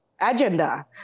agenda